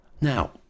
Now